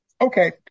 Okay